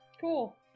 Cool